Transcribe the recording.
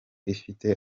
ifite